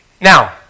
Now